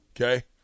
Okay